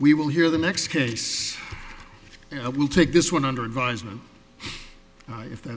we will hear the next case and i will take this one under advisement and i if that